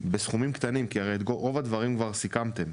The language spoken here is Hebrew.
בסכומים קטנים כי את רוב הדברים כבר סיכמתם,